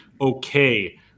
okay